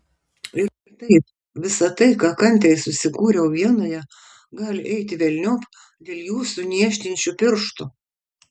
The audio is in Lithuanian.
ir taip visa tai ką kantriai susikūriau vienoje gali eiti velniop dėl jūsų niežtinčių pirštų